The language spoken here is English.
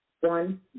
one